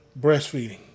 breastfeeding